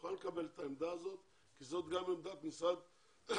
אני מוכן לקבל את העמדה הזאת כי זאת גם העמדה של משרד הרווחה,